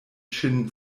ŝin